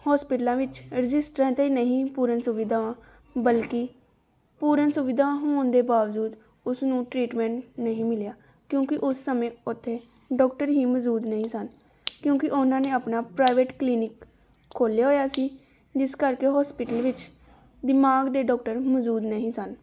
ਹੋਸਪਿਟਲਾਂ ਵਿੱਚ ਰਜਿਸਟਰਾਂ 'ਤੇ ਨਹੀਂ ਪੂਰਨ ਸੁਵਿਧਾਵਾਂ ਬਲਕਿ ਪੂਰਨ ਸੁਵਿਧਾ ਹੋਣ ਦੇ ਬਾਵਜੂਦ ਉਸਨੂੰ ਟਰੀਟਮੈਂਟ ਨਹੀਂ ਮਿਲਿਆ ਕਿਉਂਕਿ ਉਸ ਸਮੇਂ ਉੱਥੇ ਡਾਕਟਰ ਹੀ ਮੌਜੂਦ ਨਹੀਂ ਸਨ ਕਿਉਂਕਿ ਉਹਨਾਂ ਨੇ ਆਪਣਾ ਪ੍ਰਾਈਵੇਟ ਕਲੀਨਿਕ ਖੋਲ੍ਹਿਆ ਹੋਇਆ ਸੀ ਜਿਸ ਕਰਕੇ ਹੋਸਪਿਟਲ ਵਿੱਚ ਦਿਮਾਗ ਦੇ ਡਾਕਟਰ ਮੌਜੂਦ ਨਹੀਂ ਸਨ